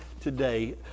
today